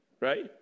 right